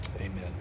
amen